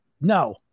No